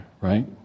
Right